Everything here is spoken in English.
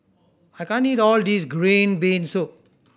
I can't eat all this green bean soup